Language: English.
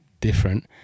different